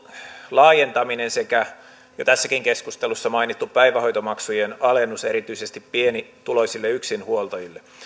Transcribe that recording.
laajentaminen sekä jo tässäkin keskustelussa mainittu päivähoitomaksujen alennus erityisesti pienituloisille yksinhuoltajille